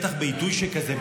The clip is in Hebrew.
בטח בעיתוי שכזה,